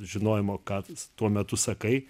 žinojimo ką tuo metu sakai